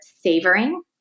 savoring